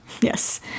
Yes